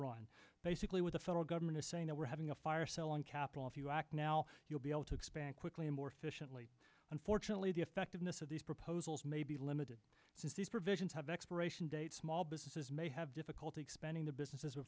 run basically what the federal government is saying that we're having a fire sale on capital if you act now you'll be able to expand quickly more efficiently unfortunately the effectiveness of these proposals may be limited since these provisions have expiration date small businesses may have difficulty expanding the businesses